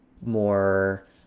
more